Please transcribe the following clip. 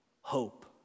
hope